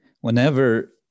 whenever